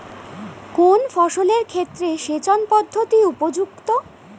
কোন ফসলের ক্ষেত্রে সেচন পদ্ধতি উপযুক্ত?